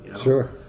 Sure